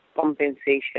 compensation